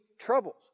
troubles